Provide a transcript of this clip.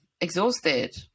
exhausted